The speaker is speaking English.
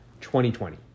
2020